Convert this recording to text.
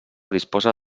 disposa